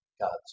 God's